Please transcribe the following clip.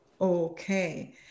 Okay